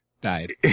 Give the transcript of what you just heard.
died